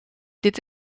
dit